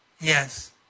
Yes